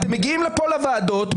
אתם מגיעים לכאן לוועדות,